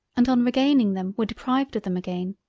and on regaining them were deprived of them again.